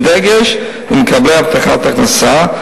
בדגש למקבלי הבטחת הכנסה.